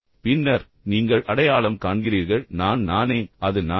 பின்னர் நீங்கள் அடையாளம் காண்கிறீர்கள் நான் நானே அது நானே